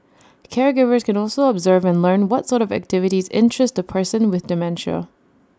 caregivers can also observe and learn what sort of activities interest A person with dementia